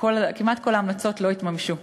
כל ההמלצות לא התממשו.